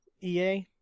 EA